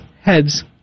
Heads